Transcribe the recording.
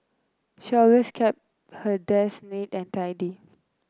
she always kept her desk neat and tidy